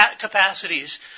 capacities